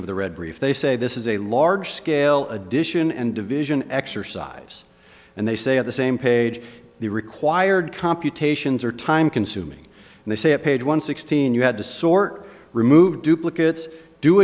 of the red brief they say this is a large scale addition and division exercise and they say at the same page the required computations are time consuming and they say at page one sixteen you had to sort remove duplicate do